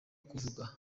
kuvuga